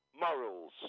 Morals